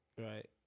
Right